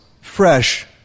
fresh